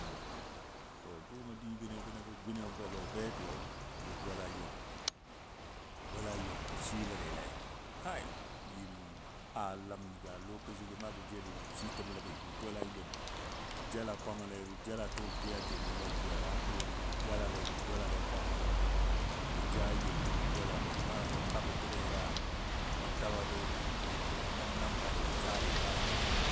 Yauwa to dʊʊmɔ digən bəno bɔ guna a lɔ betiyo bɔ bwala yəm bwala yam bə shii ləbile a ləm a lokaci gəm na bɔ jelli, shiitəm ləbi bə bola yem bə. Jala kwangle bə jala tʊʊl tiyatinile tiyaga tʊ nyo bə jalale bə bolale kwangɔ wɔ bə ja yemni bə bola bə mal bə ka bə təbe ga, bə taba bə naambali bə sabi ga.